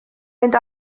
mynd